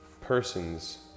persons